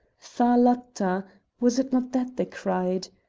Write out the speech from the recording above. tha-latta was it not that they cried?